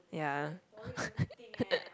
ya